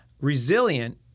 resilient